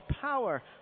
power